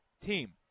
team